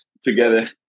together